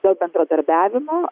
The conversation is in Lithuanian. dėl bendradarbiavimo